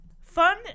Fun